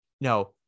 no